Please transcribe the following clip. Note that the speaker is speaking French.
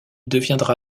deviendra